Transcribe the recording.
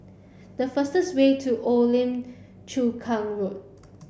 the fastest way to Old Lim Chu Kang Road